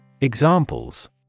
Examples